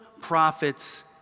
prophets